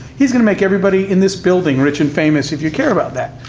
he's gonna make everybody in this building rich and famous, if you care about that.